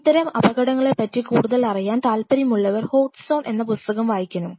ഇത്തരം അപകടങ്ങളെപ്പറ്റി കൂടുതലറിയാൻ താല്പര്യമുള്ളവർ ഹോട്ട് സോൺ എന്ന പുസ്തകം വായിക്കണം